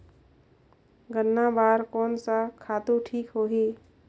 गन्ना बार कोन सा खातु ठीक होही?